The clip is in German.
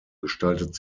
gestaltet